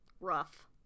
Rough